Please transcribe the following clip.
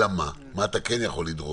אלא מה אתה יכול לדרוש